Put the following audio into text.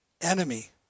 enemy